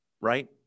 right